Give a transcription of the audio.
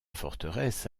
forteresse